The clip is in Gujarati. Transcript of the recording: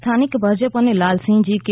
સ્થાનિક ભાજપ અને લાલસિંહજી કે